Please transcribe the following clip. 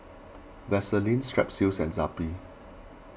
Vaselin Strepsils and Zappy